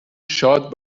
شاد